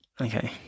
okay